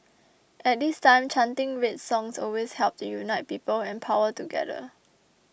at this time chanting red songs always helped unite people and power together